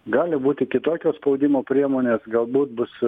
gali būti kitokios spaudimo priemonės galbūt bus